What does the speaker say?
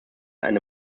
eine